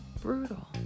Brutal